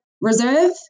reserve